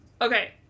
okay